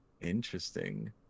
interesting